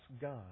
God